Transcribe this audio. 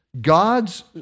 God's